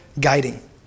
guiding